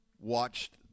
watched